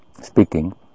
speaking